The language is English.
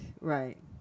right